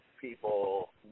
people